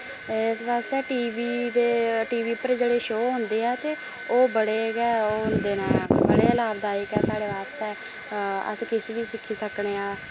इस वास्तै T V दे टी वी उप्पर जेह्ड़ी शो होंदे ऐ ते ओह् बड़े गै ओह् होंदे न बड़े लाभदायक ऐ साढ़े वास्तै अस किश बी सिक्खी सकने आं